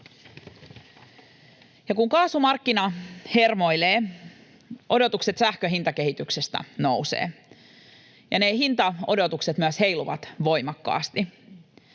kun kaasumarkkina hermoilee, odotukset sähkön hintakehityksestä nousevat, ja ne hintaodotukset myös heiluvat voimakkaasti.